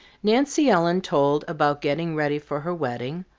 nancy ellen told about getting ready for her wedding,